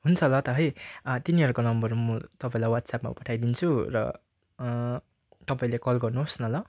हुन्छ दा त है तिनीहरूको नम्बर म तपाईँलाई वाट्सएपमा पठाइदिन्छु र तपाईँले कल गर्नुहोस् न ल